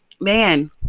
man